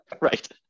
Right